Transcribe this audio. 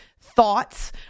thoughts